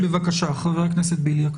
בבקשה, חבר הכנסת בליאק.